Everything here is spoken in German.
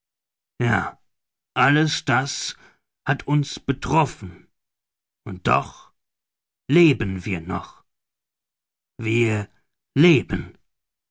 ja alles das hat uns betroffen und doch leben wir noch wir leben